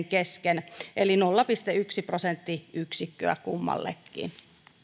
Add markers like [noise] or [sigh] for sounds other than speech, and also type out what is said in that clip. [unintelligible] kesken eli nolla pilkku yksi prosenttiyksikköä kummallekin